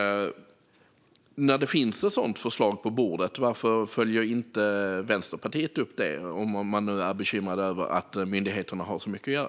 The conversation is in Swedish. När det finns ett förslag på bordet undrar jag varför Vänsterpartiet inte följer upp det om man nu är bekymrad över att myndigheterna har så mycket att göra.